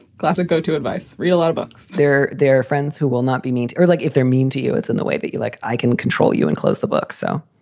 classic go to advice, read a lot of books there. they're friends who will not be mean to early. like if they're mean to you, it's in the way that you like. i can control you and close the book. so.